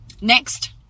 Next